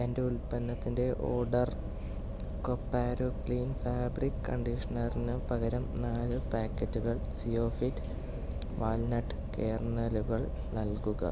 എന്റെ ഉൽപ്പന്നത്തിന്റെ ഓർഡർ കൊപാരോ ക്ലീൻ ഫാബ്രിക് കണ്ടീഷണറിന് പകരം നാല് പാക്കറ്റുകൾ സിയോഫിറ്റ് വാൽനട്ട് കേർണലുകൾ നൽകുക